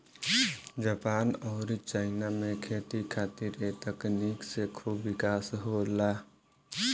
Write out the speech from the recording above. Japan अउरी China में खेती खातिर ए तकनीक से खूब विकास होला